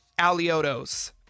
Aliotos